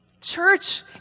Church